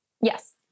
Yes